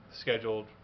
scheduled